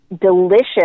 delicious